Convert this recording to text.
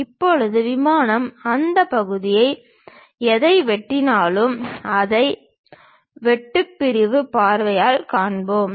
இப்போது விமானம் அந்த பகுதியை எதை வெட்டினாலும் அதை வெட்டு பிரிவு பார்வையால் காண்பிப்போம்